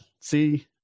See